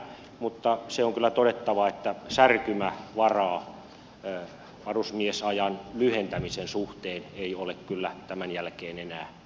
mutta se on kyllä todettava että särkymävaraa varusmiesajan lyhentämisen suhteen ei ole kyllä tämän jälkeen enää päivääkään